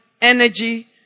energy